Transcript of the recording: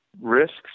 risks